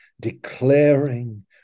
declaring